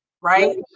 right